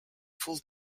full